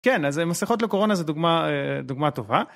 כן, אז המסכות לקורונה זו דוגמה טובה.